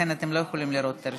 ולכן אתם לא יכולים לראות את הרשימה.